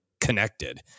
connected